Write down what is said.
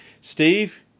Steve